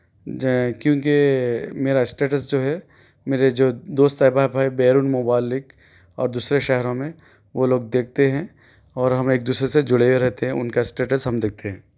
جی کیونکہ میرا اسٹیٹس جو ہے میرے جو دوست احباب ہے بیرون ممالک اور دوسرے شہروں میں وہ لوگ دیکھتے ہیں اور ہم ایک دوسرے سے جُڑے ہوئے رہتے ہیں اُن کا اسٹیٹس ہم دیکھتے ہیں